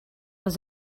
was